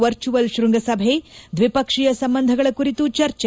virtual ಶ್ವಂಗಸಭೆ ದ್ವಿಪಕ್ಷೀಯ ಸಂಬಂಧಗಳ ಕುರಿತು ಚರ್ಚೆ